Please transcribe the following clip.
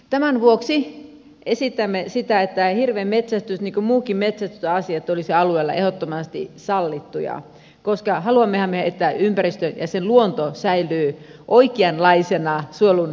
tämän vuoksi esitämme sitä että hirven metsästys niin kuin muutkin metsästysasiat olisivat alueella ehdottomasti sallittuja koska haluammehan me että ympäristö ja sen luonto säilyy oikeanlaisena suojelun arvoisena